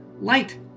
Light